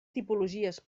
tipologies